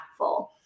impactful